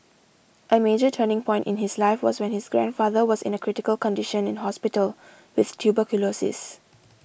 a major turning point in his life was when his grandfather was in a critical condition in hospital with tuberculosis